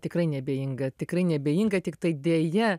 tikrai neabejinga tikrai neabejinga tiktai deja